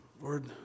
Lord